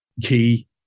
key